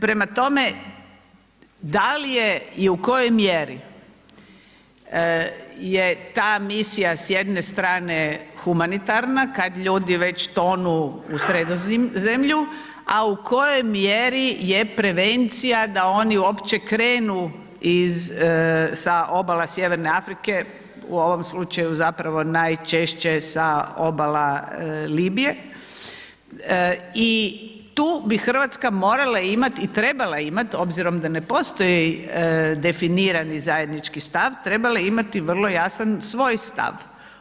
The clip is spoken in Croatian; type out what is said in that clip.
Prema tome, da li je i u kojoj mjeri je ta misija s jedne strane humanitarna kad ljudi već tonu u Sredozemlju, a u kojoj mjeri je prevencija da oni uopće krenu sa obala sjeverne Afrike, u ovom slučaju zapravo najčešće sa obala Libije i tu bi Hrvatska morala imati i trebala imati obzirom da ne postoji definirani zajednički stav, trebala imati vrlo jasan svoj stav.